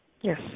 Yes